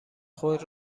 خود